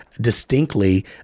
distinctly